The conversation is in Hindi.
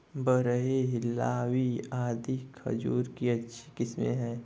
बरही, हिल्लावी आदि खजूर की अच्छी किस्मे हैं